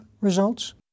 results